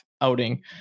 outing